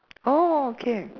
oh okay